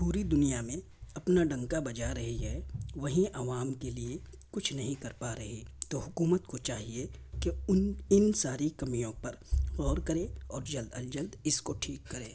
پوری دنیا میں اپنا ڈنکا بجا رہی ہے وہیں عوام کے لیے کچھ نہیں کر پا رہی تو حکومت کو چاہیے کہ ان ان ساری کمیوں پر غور کرے اور جلد از جلد اس کو ٹھیک کرے